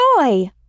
joy